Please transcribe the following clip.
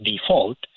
default